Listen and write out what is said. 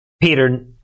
Peter